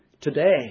today